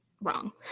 wrong